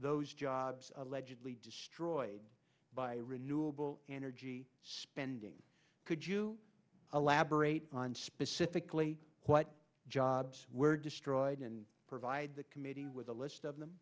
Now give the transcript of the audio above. those jobs allegedly destroyed by renewable energy spending could you elaborate on specifically what jobs were destroyed and provide the committee with a list of them